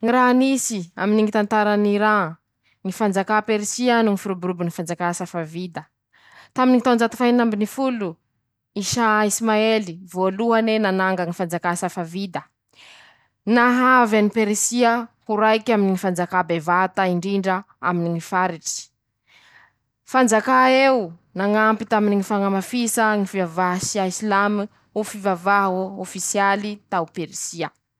Ñy raha nisy aminy ñy tantarany Iran: ñy fanjakà Perisia noho ñy firoborobony fanjakà asa fa vita, taminy ñy taonjato faha enina ambiny folo, Isa ismaely voalohane nananga ñy fanjaka asa fa vita, nahavy any Perisia ho raiky aminy ñy fanjakà bevata indrindra aminy ñy faritsy, fanjakaeo nañampy taminy ñy fañamafisa ñy fivavaa isia slame ho fivavaha ofisialy tao Perisia.